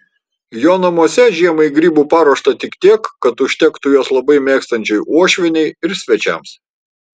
jo namuose žiemai grybų paruošta tik tiek kad užtektų juos labai mėgstančiai uošvienei ir svečiams